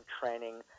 training